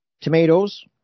tomatoes